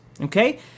okay